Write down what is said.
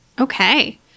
Okay